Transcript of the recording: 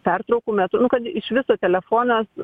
pertraukų metu nu kad iš viso telefonas